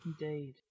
Indeed